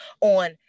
on